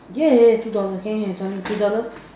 yeah yeah two dollar can can some two dollar